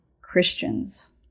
Christians